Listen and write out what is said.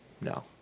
No